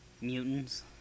Mutants